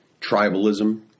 tribalism